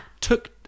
Took